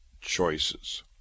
Choices